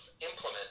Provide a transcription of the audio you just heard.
implement